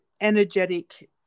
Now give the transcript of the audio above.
energetic